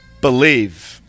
Believe